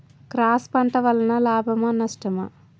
Cross పంట వలన లాభమా నష్టమా?